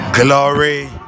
glory